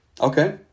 Okay